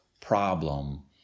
problem